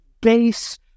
base